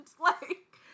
like-